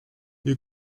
you